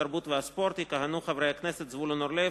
התרבות והספורט יכהנו חברי הכנסת זבולון אורלב,